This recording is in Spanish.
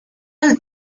del